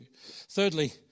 Thirdly